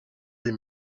des